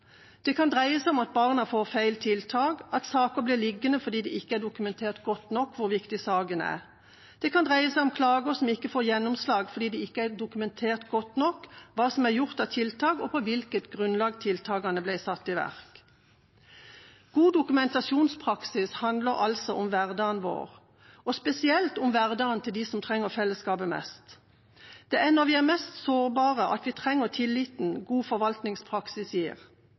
Det kan dreie seg om at barna får feil tiltak, at saker blir liggende fordi det ikke er dokumentert godt nok hvor viktig saken er, og det kan dreie seg om klager som ikke får gjennomslag fordi det ikke er dokumentert godt nok hva som er gjort av tiltak, og på hvilket grunnlag tiltakene ble satt i verk. God dokumentasjonspraksis handler altså om hverdagen vår, og spesielt om hverdagen til dem som trenger fellesskapet mest. Det er når vi er mest sårbare at vi trenger tilliten en god forvaltningspraksis gir,